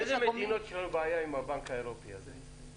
באיזה מדינות יש לנו בעיה עם הבנק האירופי הזה?